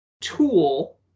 tool